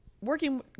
working